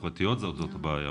בפרטיות זה הבעיה.